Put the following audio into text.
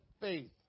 faith